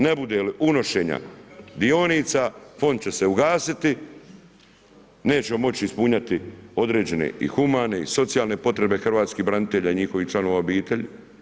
Ne bude li unošenja dionica, fond će se ugasiti, nećemo moći ispunjavati određene i humane i socijalne potrebe hrvatskih branitelja i njihovih članova obitelji.